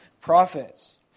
prophets